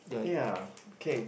ya K